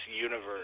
universe